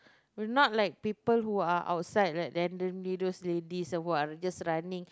would not like people who are outside like that randomly those ladies who are just running